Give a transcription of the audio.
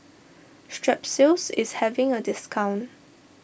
Strepsils is having a discount